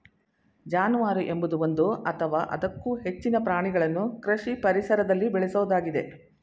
ಜಾನುವಾರು ಎಂಬುದು ಒಂದು ಅಥವಾ ಅದಕ್ಕೂ ಹೆಚ್ಚಿನ ಪ್ರಾಣಿಗಳನ್ನು ಕೃಷಿ ಪರಿಸರದಲ್ಲಿ ಬೇಳೆಸೋದಾಗಿದೆ